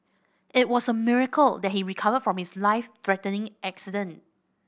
it was a miracle that he recovered from his life threatening accident